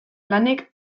lanik